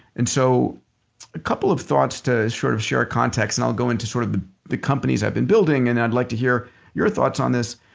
and so a couple couple of thoughts to sort of share context and i'll go into sort of the the companies i've been building and i'd like to hear your thoughts on this.